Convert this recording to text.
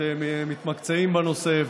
אתם מתמקצעים בנושא,